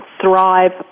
thrive